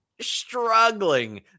struggling